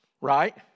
right